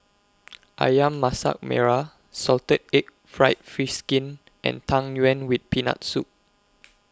Ayam Masak Merah Salted Egg Fried Fish Skin and Tang Yuen with Peanut Soup